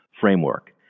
framework